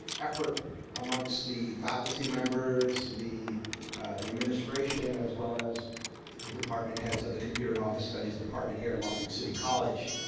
effort amongst the faculty members, the the administration, as well as department heads of the computer and office studies department here at long beach city college.